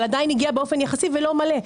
אבל באופן יחסי ולא באופן מלא.